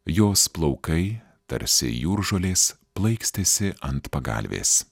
jos plaukai tarsi jūržolės plaikstėsi ant pagalvės